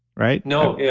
right? no,